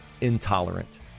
intolerant